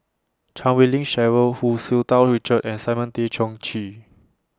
Chan Wei Ling Cheryl Hu Tsu Tau Richard and Simon Tay Seong Chee